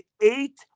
eight